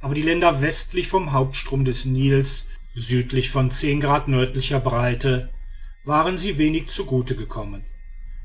aber den ländern westlich vom hauptstrom des nil südlich von grad nördlicher breite waren sie wenig zugute gekommen